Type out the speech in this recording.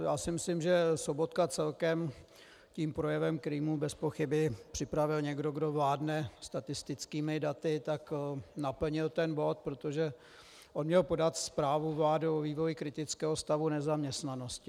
Já si myslím, že Sobotka celkem tím projevem, který mu bezpochyby připravil někdo, kdo vládne statistickými daty, tak naplnil ten bod, protože on měl podat zprávu vlády o vývoji kritického stavu nezaměstnanosti.